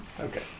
Okay